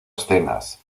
escenas